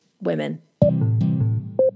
women